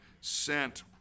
sent